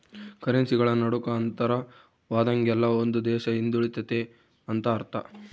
ಕರೆನ್ಸಿಗಳ ನಡುಕ ಅಂತರವಾದಂಗೆಲ್ಲ ಒಂದು ದೇಶ ಹಿಂದುಳಿತೆತೆ ಅಂತ ಅರ್ಥ